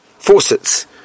Faucets